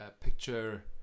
picture